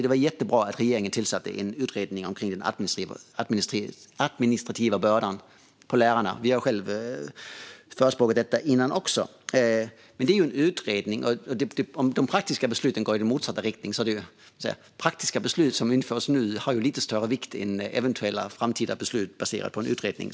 Det var jättebra att regeringen tillsatte en utredning om lärarnas administrativa börda, och vi har tidigare förespråkat en sådan. Men om de praktiska besluten här och nu går i motsatt riktning väger det nog lite tyngre än eventuella framtida beslut baserade på en utredning.